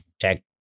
check